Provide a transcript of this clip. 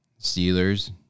Steelers